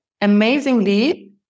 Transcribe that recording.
amazingly